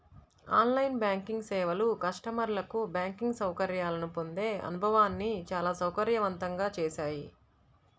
on line banking సేవలు కస్టమర్లకు banking సౌకర్యాలను పొందే అనుభవాన్ని చాలా సౌకర్యవంతంగా చేశాయి